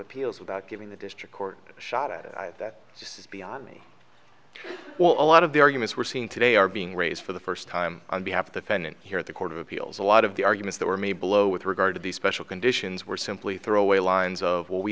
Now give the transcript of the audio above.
appeals without giving the district court a shot at it that just is beyond me well a lot of the arguments we're seeing today are being raised for the first time on behalf of the fed and here at the court of appeals a lot of the arguments that were made below with regard to be special conditions were simply throwaway lines of w